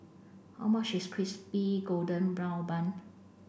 how much is crispy golden brown bun